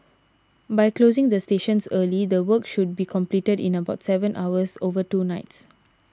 by closing the stations early the work should be completed in about seven hours over two nights